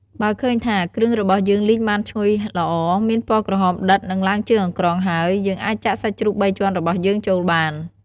បើឃើញថា គ្រឿងរបស់យើងលីងបានឈ្ងុយល្អ មានពណ៌ក្រហមដិត និងឡើងជើងអង្ក្រងហើយ យើងអាចចាក់សាច់ជ្រូកបីជាន់របស់យើងចូលបាន។